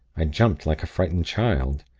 i jumped, like a frightened child.